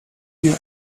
dir